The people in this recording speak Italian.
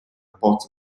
pozza